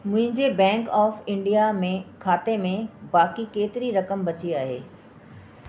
मुंहिंजे bank of India में खाते में बाक़ी केतिरी रक़म बची आहे